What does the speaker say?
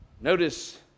Notice